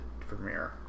premiere